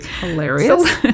Hilarious